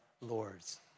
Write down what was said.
Lords